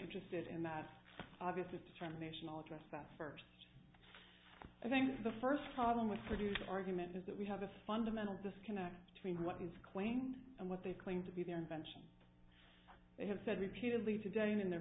interested in that obvious determination all dressed up first i think the first problem with produce argument is that we have a fundamental disconnect between what is claimed and what they claim to be their invention they have said repeatedly today in their